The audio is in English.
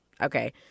okay